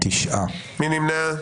מי נמנע?